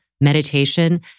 meditation